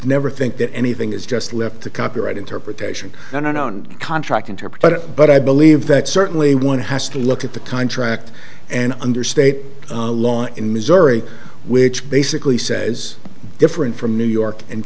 never think that anything is just left to copyright interpretation no known contract interpreter but i believe that certainly one has to look at the contract and under state law in missouri which basically says different from new york and